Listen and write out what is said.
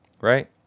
right